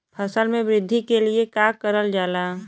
फसल मे वृद्धि के लिए का करल जाला?